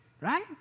right